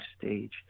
stage